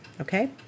Okay